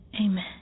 Amen